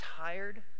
tired